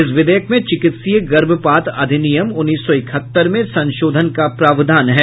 इस विधेयक में चिकित्सीय गर्भपात अधिनियम उन्नीस सौ इकहत्तर में संशोधन का प्रावधान है